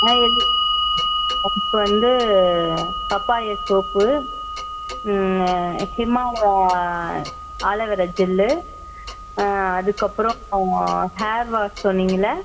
ஆ எது எனக்கு வந்து பப்பாயா சோப்பு ம் ஹிமாலயா ஆலோவேரா ஜெல்லு ஆ அதுக்கப்புறம் ஹேர் வாஷ் சொன்னிங்கள்லை